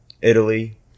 Italy